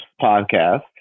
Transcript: podcast